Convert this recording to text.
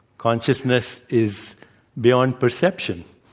consciousness is beyond perception.